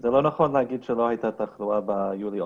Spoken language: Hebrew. זה לא נכון להגיד שלא הייתה תחלואה ביולי-אוגוסט.